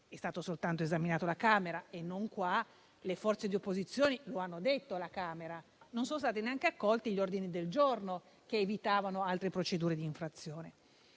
è stato soltanto esaminato alla Camera e non in questa sede. Le forze di opposizione lo hanno detto la Camera: non sono stati neanche accolti gli ordini del giorno che evitavano altre procedure di infrazione.